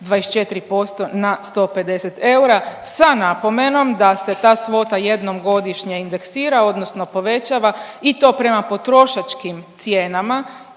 24% na 150 eura sa napomenom da se ta svota jednom godišnje indeksira odnosno povećava i to prema potrošačkim cijenama